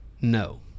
no